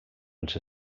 als